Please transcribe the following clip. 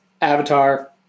Avatar